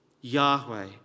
Yahweh